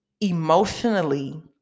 emotionally